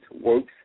works